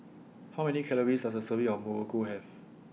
How Many Calories Does A Serving of Muruku Have